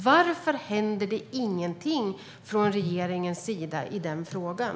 Varför händer det ingenting från regeringens sida i den frågan?